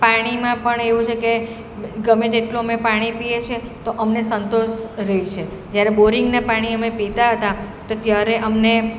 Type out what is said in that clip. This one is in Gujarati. પાણીમા પણ એવું છે કે ગમે તેટલું અમે પાણી પીએ છીએ તો અમને સંતોષ રહે છે જ્યારે બોરિંગનાં પાણી અમે પીતા હતા તો ત્યારે અમને